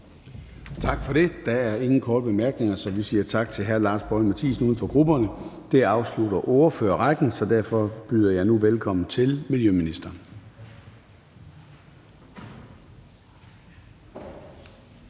Gade): Der er ingen korte bemærkninger, så vi siger tak til hr. Lars Boje Mathiesen, uden for grupperne. Det afslutter ordførerrækken, så derfor byder jeg nu velkommen til miljøministeren.